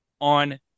on